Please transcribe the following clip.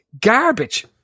garbage